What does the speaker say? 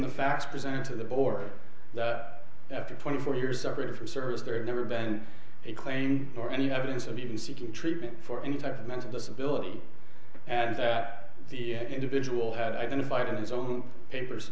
the facts presented to the board that after twenty four years of river service there never been a claim for any evidence of even seeking treatment for any type of mental disability and that the individual had identified his own who papers